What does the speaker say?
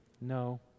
no